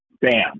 bam